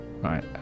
Right